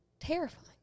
Terrifying